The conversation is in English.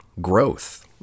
growth